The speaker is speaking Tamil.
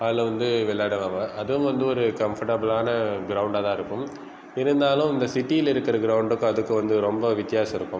அதில் வந்து வெள்ளாடுவாங்க அதுவும் வந்து ஒரு கம்ஃபர்டபலான கிரௌண்டாதான் இருக்கும் இருந்தாலும் இந்த சிட்டியில் இருக்கிற கிரௌண்டுக்கும் அதுக்கும் வந்து ரொம்ப வித்தியாசம் இருக்கும்